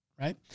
right